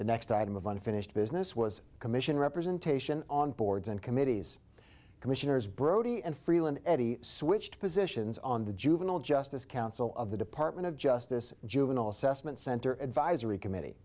the next item of unfinished business was commission representation on boards and committees commissioners brody and freeland eddie switched positions on the juvenile justice council of the department of justice juvenile assessment center advisory committee